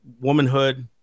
womanhood